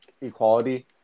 equality